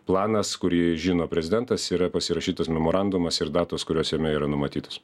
planas kurį žino prezidentas yra pasirašytas memorandumas ir datos kurios jame yra numatytos